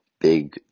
Big